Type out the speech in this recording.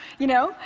you know?